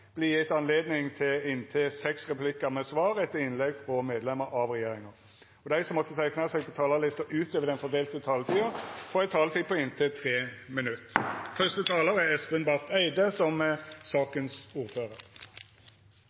gitt anledning til inntil seks replikker med svar etter innlegg fra medlemmer av regjeringen, og de som måtte tegne seg på talerlisten utover den fordelte taletid, får en taletid på inntil